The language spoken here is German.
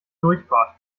durchfahrt